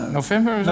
november